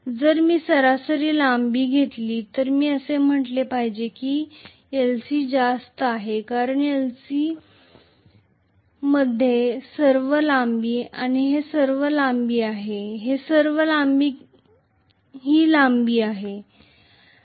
जर मी सरासरी लांबी घेतली तर मी असे म्हटले पाहिजे की lc जास्त आहे कारण lc मध्ये ही सर्व लांबी आणि हे सर्व लांबी आणि हे सर्व लांबी आणि ही लांबी असते